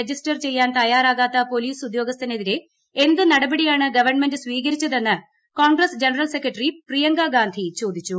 register ചെയ്യാൻ തയ്യാറാകാത്ത police ഉദ്യോഗസ്ഥനെതിരെ എന്ത് നടപടിയാണ് ഗവൺമെന്റ് സ്വീകരിച്ചതെന്ന് കോൺഗ്രസ് ജനറൽ സെക്രട്ടറി പ്രിയങ്കാ ഗാന്ധി ചോദിച്ചു